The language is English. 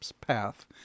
path